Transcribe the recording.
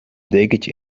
dekentje